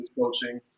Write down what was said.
coaching